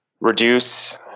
reduce